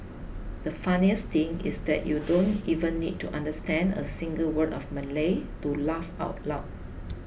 the funniest thing is that you don't even need to understand a single word of Malay to laugh out loud